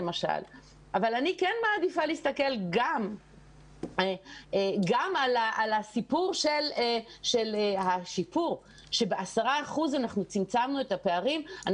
אבל אני מעדיפה להסתכל גם על הסיפור של השיפור שצמצמנו את הפערים ב-10%,